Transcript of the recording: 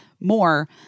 more